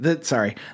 Sorry